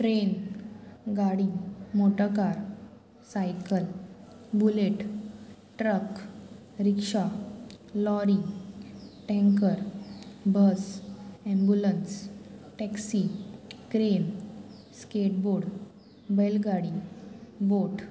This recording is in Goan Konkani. ट्रेन गाडी motorcar cycle bullet truck rickshaw lorry tanker bus ambulance taxi crane skateboard बैलगाडी बोट